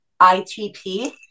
ITP